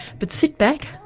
but sit back,